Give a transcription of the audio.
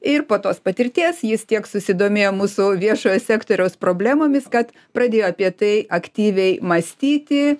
ir po tos patirties jis tiek susidomėjo mūsų viešojo sektoriaus problemomis kad pradėjo apie tai aktyviai mąstyti